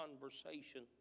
conversation